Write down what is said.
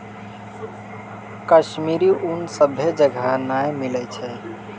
कश्मीरी ऊन सभ्भे जगह नै मिलै छै